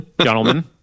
Gentlemen